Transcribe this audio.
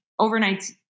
overnights